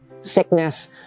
Sickness